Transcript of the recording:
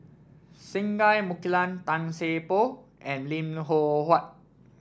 Singai Mukilan Tan Seng Poh and Lim Loh Huat